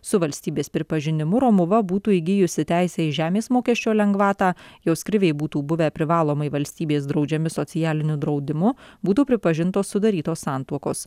su valstybės pripažinimu romuva būtų įgijusi teisę į žemės mokesčio lengvatą jos kriviai būtų buvę privalomai valstybės draudžiami socialiniu draudimu būtų pripažintos sudarytos santuokos